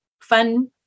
fun